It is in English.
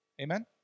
Amen